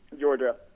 Georgia